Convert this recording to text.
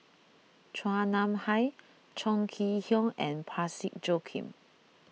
Chua Nam Hai Chong Kee Hiong and Parsick Joaquim